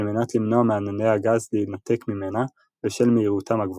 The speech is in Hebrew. על מנת למנוע מענני הגז להינתק ממנה בשל מהירותם הגבוהה.